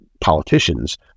politicians